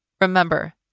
Remember